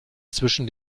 zwischen